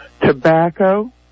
tobacco